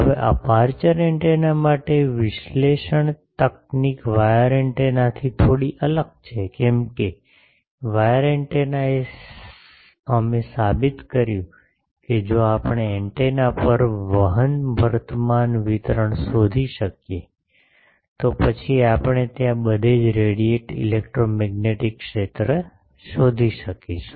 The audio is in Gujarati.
હવે અપેરચ્યોર એન્ટેના માટે વિશ્લેષણ તકનીક વાયર એન્ટેનાથી થોડી અલગ છે કેમ કે વાયર એન્ટેનાએ અમે સાબિત કર્યું છે કે જો આપણે એન્ટેના પર વહન વર્તમાન વિતરણ શોધી શકીએ તો પછી આપણે ત્યાં બધે જ રેડિયેટેડ ઇલેક્ટ્રોમેગ્નેટિક ક્ષેત્ર શોધી શકીશું